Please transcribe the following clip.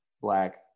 black